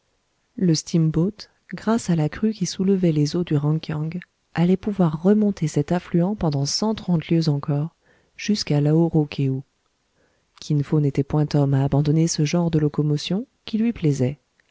le steamboat grâce à la crue qui soulevait les eaux du ran kiang allait pouvoir remonter cet affluent pendant cent trente lieues encore jusqu'à lao ro kéou kin fo n'était point homme à abandonner ce genre de locomotion qui lui plaisait